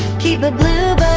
keep a bluebird